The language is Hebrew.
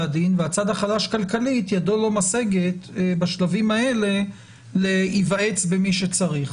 הדין והצד החלש כלכלית ידו לא משגת בשלבים האלה להיוועץ במי שצריך.